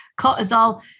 cortisol